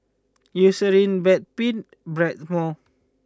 Eucerin Bedpans Blackmores